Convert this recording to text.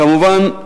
כמובן,